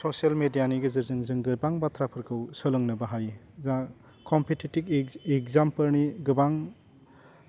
social मेडियानि गेजेरजों जों गोबां बाथ्राफोरखौ सोलोंनोबो हायो जा कम्पेटेटिभ एक्जामफोरनि गोबां